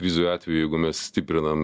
krizių atveju jeigu mes stiprinam